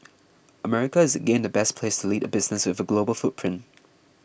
America is again the best place to lead a business with a global footprint